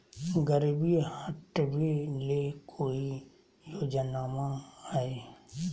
गरीबी हटबे ले कोई योजनामा हय?